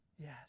Yes